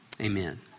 amen